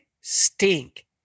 stink